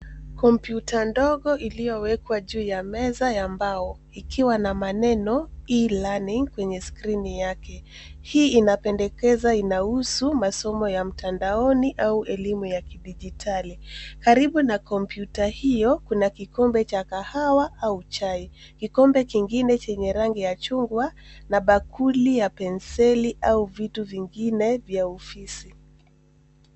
Kompyuta ndogo iliyowekwa juu ya meza ya mbao ikiwa na maneno E-learning kwenye skrini yake. Hii inapendekeza inahusu masomo ya mtandaoni au elimu ya kidigitali. Karibu na kompyuta hiyo kuna kikombe cha kahawa au chai. Kikombe kingine chenye rangi ya chungwa na bakuli ya penseli au vitu vingine vya ofisi.